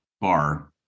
bar